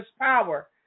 power